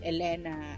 Elena